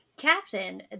Captain